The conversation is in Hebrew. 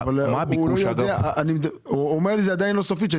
אמר לי אותו קבלן שהזכייה שלו לא סופית.